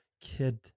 kid